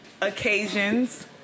occasions